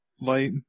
light